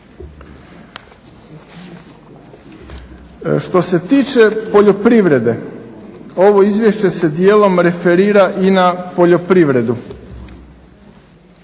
Što se tiče poljoprivrede, ovo izvješće se dijelom referira i na poljoprivredu.